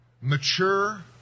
mature